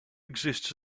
exists